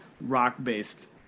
rock-based